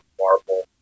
marble